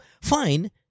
fine